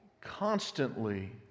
constantly